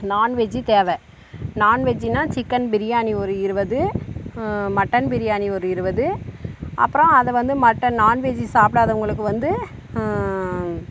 nonveg தேவை நான்வெஜ்ஜின்னா chicken biryani ஒரு இருபது மட்டன் பிரியாணி ஒரு இருபது அப்புறோம் அதை வந்து மற்ற நான்வெஜ்ஜி சாப்பிடாதவுங்களுக்கு வந்து